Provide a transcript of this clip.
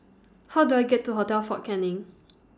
How Do I get to Hotel Fort Canning